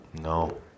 No